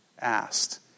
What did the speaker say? Asked